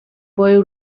boy